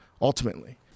Ultimately